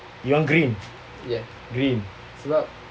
you want green green